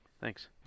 Thanks